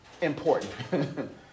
important